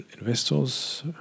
investors